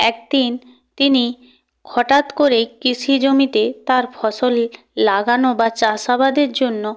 এক দিন তিনি হঠাৎ করেই কৃষি জমিতে তার ফসল লাগানো বা চাষাবাদের জন্য